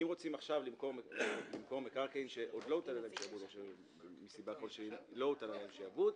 אם רוצים עכשיו למכור מקרקעין שעוד לא הוטל עליהם שעבדו,